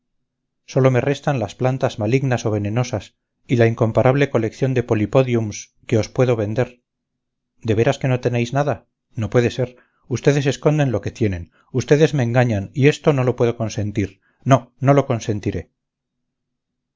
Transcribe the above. sólo me restan las plantas malignas o venenosas y la incomparable colección de polipodiums que os puedo vender de veras que no tenéis nada no puede ser ustedes esconden lo que tienen ustedes me engañan y esto no lo puedo consentir no no lo consentiré